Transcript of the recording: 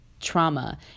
trauma